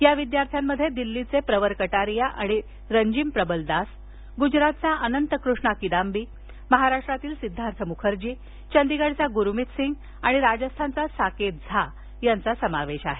या विद्यार्थ्यांमध्ये दिल्लीचे प्रवर कटारिया आणि रंजीम प्रबल दास गुजरातचा अनंत कृष्णा किदाम्बी महाराष्ट्रातील सिद्धार्थ मुखर्जी चंडीगढचा गुरुमित सिंग आणि राजस्थानचा साकेत झा यांचा समावेश आहे